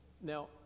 Now